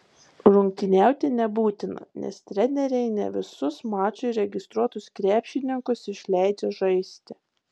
rungtyniauti nebūtina nes treneriai ne visus mačui registruotus krepšininkus išleidžia žaisti